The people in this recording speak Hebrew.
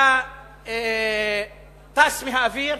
אתה טס באוויר,